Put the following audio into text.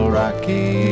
rocky